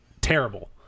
terrible